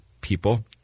people